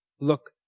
look